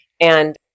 And-